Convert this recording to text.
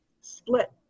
split